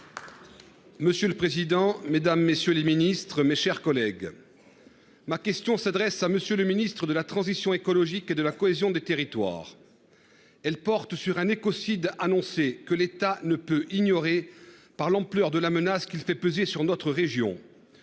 Monsieur le président, Mesdames, messieurs les ministres, mes chers collègues. Ma question s'adresse à Monsieur le Ministre de la Transition écologique et de la cohésion des territoires. Elle porte sur un écocides annoncé que l'État ne peut ignorer par l'ampleur de la menace qu'il fait peser sur notre région.